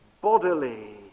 bodily